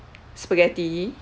spaghetti